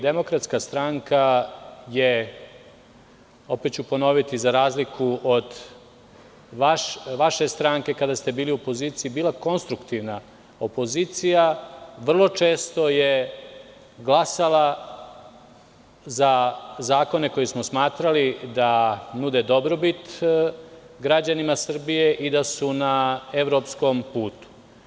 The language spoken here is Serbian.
Demokratska stranka je, opet ću ponoviti za razliku od vaše stranke kada ste bili u opoziciji bila konstruktivna opozicija, vrlo često je glasala za zakone koje smo smatrali da nude dobrobit građanima Srbije i da su na evropskom putu.